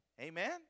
Amen